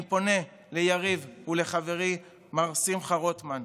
אני פונה ליריב ולחברי מר שמחה רוטמן,